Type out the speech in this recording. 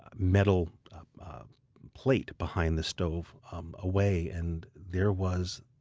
metal plate behind the stove um away, and there was